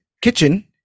kitchen